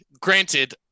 granted